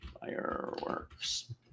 Fireworks